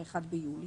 ב-1 ביולי.